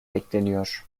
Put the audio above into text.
bekleniyor